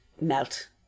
melt